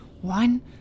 One